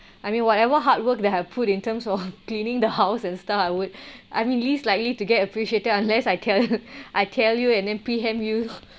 I mean whatever hard work we have put in terms for cleaning the house and stuff I would I mean least likely to get appreciated unless I tell I tell you and then you